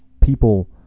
people